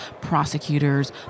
prosecutors